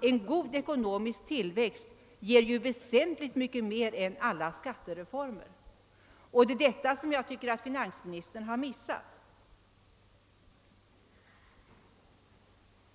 En god ekonomisk tillväxt ger, som någon sagt, väsentligt mycket mer än alla skat tereformer. Det är detta jag tycker att finansministern har missat.